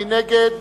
מי נגד?